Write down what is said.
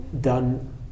done